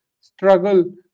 struggle